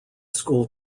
school